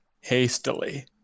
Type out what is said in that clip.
hastily